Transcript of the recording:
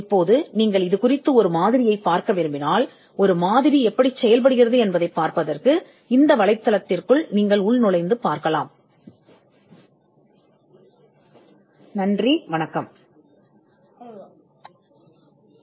இப்போது நீங்கள் இதன் மாதிரியைக் காண விரும்பினால் நீங்கள் இந்த வலைத்தளத்திற்கு உள்நுழைந்து ஒரு மாதிரி எவ்வாறு செயல்படுகிறது என்பதைப் பார்க்கலாம்